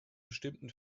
bestimmten